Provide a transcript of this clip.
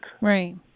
Right